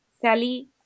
Sally